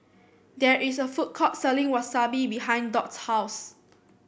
there is a food court selling Wasabi behind Dot's house